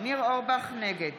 נגד